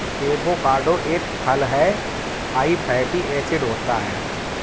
avocado एक फल हैं हाई फैटी एसिड होता है